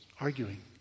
arguing